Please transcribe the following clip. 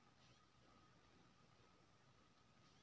Mushroom के उत्तम उपज केना करबै?